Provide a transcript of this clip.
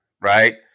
Right